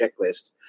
checklist